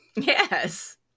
Yes